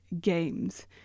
games